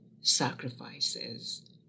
sacrifices